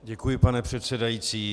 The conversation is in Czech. Děkuji, pane předsedající.